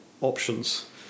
options